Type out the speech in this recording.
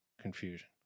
confusion